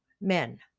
men